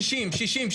יוצר ש-60,